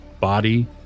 body